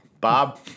Bob